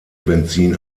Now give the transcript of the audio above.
benzin